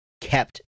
kept